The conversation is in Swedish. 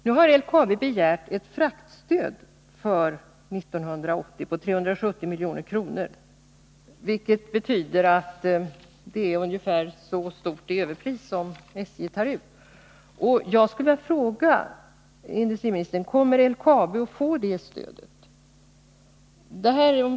Nu har LKAB begärt ett fraktstöd för 1980 på 370 milj.kr., vilket betyder att det överpris som SJ tar ut är ungefär så stort. Jag skulle vilja fråga industriministern: Kommer LKAB att få det stödet?